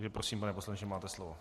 Takže prosím, pane poslanče, máte slovo.